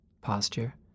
posture